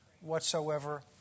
whatsoever